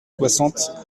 soixante